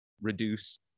reduce